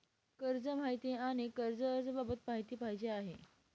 कर्ज माहिती आणि कर्ज अर्ज बाबत माहिती पाहिजे आहे